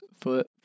foot